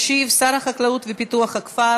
ישיב שר החקלאות ופיתוח הכפר